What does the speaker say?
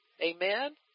Amen